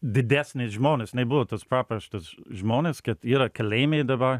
didesni žmonės nebuvo tas papraštaš žmonės kad yra kalėjime i dabar